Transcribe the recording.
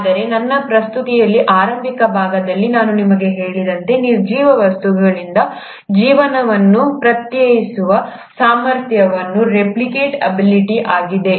ಆದರೆ ನನ್ನ ಪ್ರಸ್ತುತಿಯ ಆರಂಭಿಕ ಭಾಗದಲ್ಲಿ ನಾನು ನಿಮಗೆ ಹೇಳಿದಂತೆ ನಿರ್ಜೀವ ವಸ್ತುಗಳಿಂದ ಜೀವನವನ್ನು ಪ್ರತ್ಯೇಕಿಸುವ ಸಾಮರ್ಥ್ಯವು ರೆಪ್ಲಿಕೇಟ್ ಅಬಿಲಿಟಿ ಆಗಿದೆ